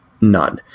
None